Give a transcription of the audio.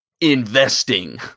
investing